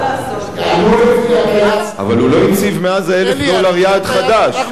אבל הוא לא הציב מאז 1,000 הדולר יעד חדש.